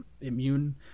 immune